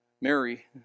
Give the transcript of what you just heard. Mary